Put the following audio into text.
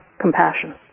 compassion